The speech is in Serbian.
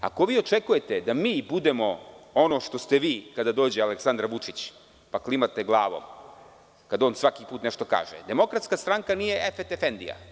Ako očekujete da mi budemo ono što ste vi kada dođe Aleksandar Vučić, pa klimate glavom kad on svaki put nešto kaže, Demokratska stranka nije Efet efendija.